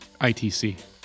ITC